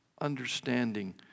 understanding